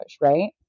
right